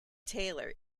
taylor